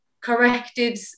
corrected